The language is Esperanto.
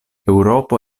eŭropo